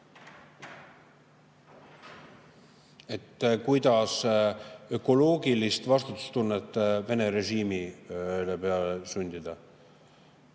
Et kuidas ökoloogilist vastutustunnet Vene režiimile peale sundida?